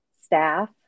staff